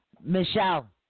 Michelle